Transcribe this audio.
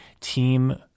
team